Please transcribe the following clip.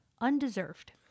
undeserved